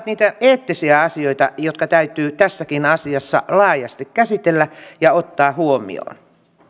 niitä eettisiä asioita jotka täytyy tässäkin asiassa laajasti käsitellä ja ottaa huomioon